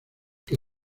que